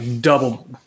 double